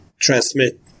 transmit